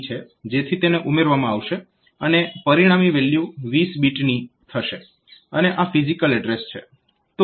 જેથી તેને ઉમેરવામાં આવશે અને પરિણામી વેલ્યુ 20 બીટની થશે અને આ ફિઝીકલ એડ્રેસ છે